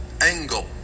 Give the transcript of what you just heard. angle